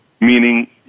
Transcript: meaning